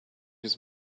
his